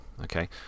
Okay